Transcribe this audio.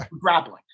grappling